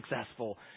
successful